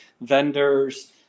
vendors